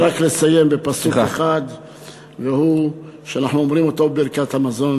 אני רוצה רק לסיים בפסוק אחד שאנחנו אומרים בברכת המזון